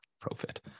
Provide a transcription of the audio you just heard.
profit